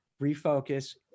refocus